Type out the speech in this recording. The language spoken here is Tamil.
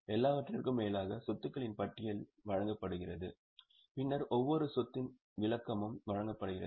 எல்லாவற்றிற்கும் மேலாக சொத்துக்களின் பட்டியல் வழங்கப்படுகிறது பின்னர் ஒவ்வொரு சொத்தின் விளக்கமும் வழங்கப்படுகிறது